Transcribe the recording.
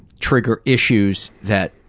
trigger issues that,